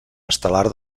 estel·lar